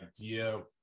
idea